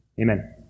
amen